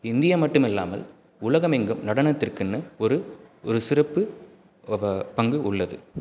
India மட்டுமில்லாமல் உலகமெங்கும் நடனத்திற்குன்னு ஒரு ஒரு சிறப்பு பங்கு உள்ளது